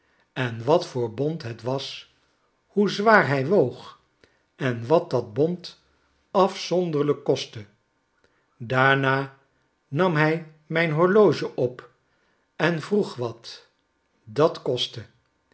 en wat voor bont het was hoe zwaar zij woog en wat dat bont afzpnderlijk kostte baarna nam hij mijn horloge op en vroeg wat dat kostte